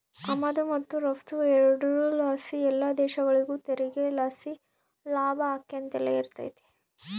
ಆಮದು ಮತ್ತು ರಫ್ತು ಎರಡುರ್ ಲಾಸಿ ಎಲ್ಲ ದೇಶಗುಳಿಗೂ ತೆರಿಗೆ ಲಾಸಿ ಲಾಭ ಆಕ್ಯಂತಲೆ ಇರ್ತತೆ